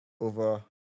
Over